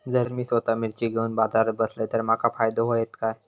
जर मी स्वतः मिर्ची घेवून बाजारात बसलय तर माका फायदो होयत काय?